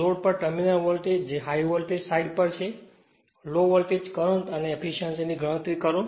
load પર terminal voltage જે high voltage side પર છે લો વોલ્ટેજ કરંટ અને એફીશ્યંસી ની ગણતરી કરો